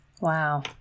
Wow